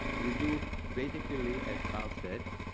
we do basically as carl said,